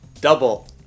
double